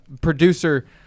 producer